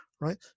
right